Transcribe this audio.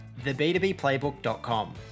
theb2bplaybook.com